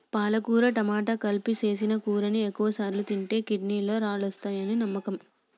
పాలకుర టమాట కలిపి సేసిన కూరని ఎక్కువసార్లు తింటే కిడ్నీలలో రాళ్ళు వస్తాయని నమ్మకం